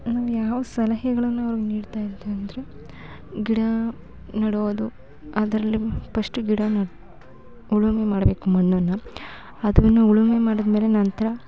ನಾನು ಯಾವ ಸಲಹೆಗಳನ್ನು ಅವ್ರ್ಗೆ ನೀಡ್ತಾಯಿದ್ದೆ ಅಂದರೆ ಗಿಡ ನೆಡೋದು ಅದರಲ್ಲಿ ಪಸ್ಟ್ ಗಿಡನ ಉಳುಮೆ ಮಾಡಬೇಕು ಮಣ್ಣನ್ನು ಅದನ್ನು ಉಳುಮೆ ಮಾಡಿದ್ಮೇಲೆ ನಂತರ